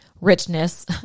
richness